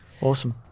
Awesome